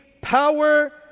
power